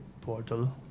portal